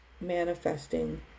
manifesting